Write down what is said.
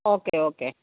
okay okay